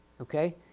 Okay